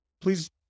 please